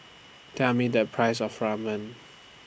Tell Me The Price of Ramen